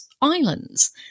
islands